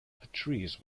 patrese